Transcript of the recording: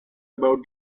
about